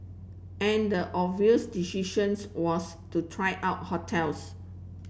and the obvious decisions was to try out hotels